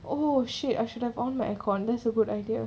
oh shit I should have on my aircon that's a good idea